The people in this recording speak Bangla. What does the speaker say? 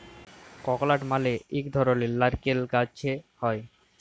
ককলাট মালে ইক ধরলের লাইরকেল গাহাচে হ্যয়